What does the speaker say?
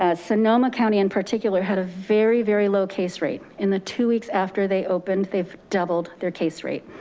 ah sonoma county in particular had a very, very low case rate. in the two weeks after they opened, they've doubled their case rate.